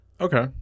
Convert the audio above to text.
okay